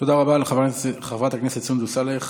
תודה רבה לחברת הכנסת סונדוס סאלח.